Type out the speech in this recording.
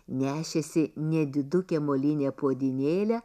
nešėsi nedidukę molinę puodynėlę